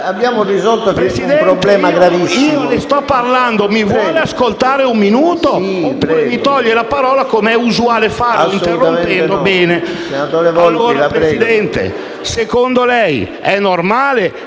Abbiamo risolto un problema gravissimo.